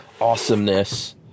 awesomeness